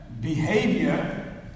behavior